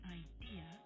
idea